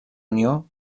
unió